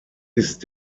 ist